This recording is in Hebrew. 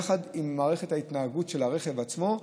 יחד עם מערכת ההתנהגות של הרכב עצמו,